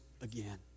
again